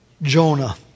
Jonah